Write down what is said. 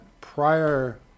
prior